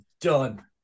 done